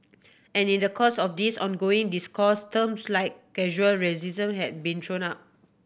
and in the course of this ongoing discourse terms like casual racism have been thrown up